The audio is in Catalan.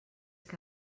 que